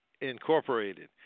incorporated